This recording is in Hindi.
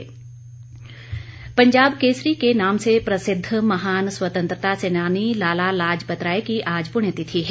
लाला लाजपतराय पंजाब केसरी के नाम से प्रसिद्ध महान स्वतंत्रता सेनानी लाला लाजपतराय की आज पुण्य तिथि है